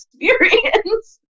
experience